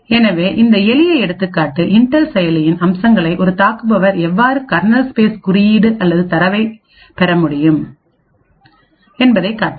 எனவே இந்த எளிய எடுத்துக்காட்டு இன்டெல் செயலியின் அம்சங்களை ஒரு தாக்குபவர் எவ்வாறு கர்னல் ஸ்பேஸ் குறியீடு அல்லது தரவைப் பெறமுடியும் என்பதைக் காட்டியது